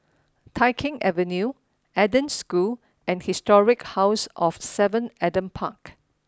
Tai Keng Avenue Eden School and Historic House of Seven Adam Park